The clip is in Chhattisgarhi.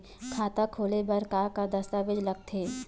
खाता खोले बर का का दस्तावेज लगथे?